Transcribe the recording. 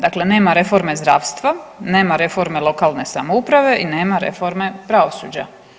Dakle nema reforme zdravstva, nema reforme lokalne samouprave i nema reforme pravosuđa.